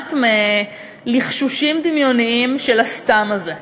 שומעת לחשושים דמיוניים של ה"סתם" הזה.